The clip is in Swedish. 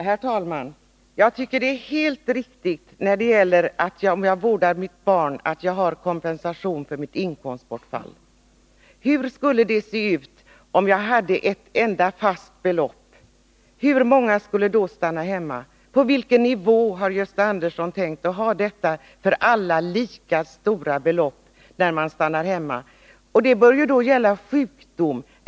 Herr talman! Jag tycker att det är helt riktigt med kompensation för inkomstbortfall vid vård av barn. Hur skulle det se ut om det var ett enda fast belopp? Hur många skulle då stanna hemma? På vilken nivå har Gösta Andersson tänkt sig att detta för alla lika stora belopp skall ligga när man stannar hemma? Det bör också då gälla vid sjukdom.